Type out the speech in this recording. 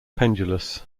pendulous